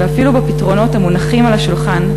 ואפילו בפתרונות המונחים על השולחן,